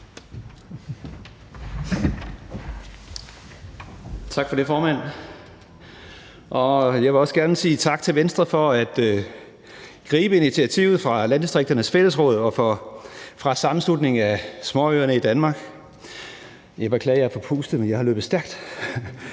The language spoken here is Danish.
Tak for det, formand. Jeg vil også gerne sige tak til Venstre for at gribe initiativet fra Landdistrikternes Fællesråd og fra Sammenslutningen af Danske Småøer. Jeg beklager, at jeg er forpustet, men jeg har løbet stærkt.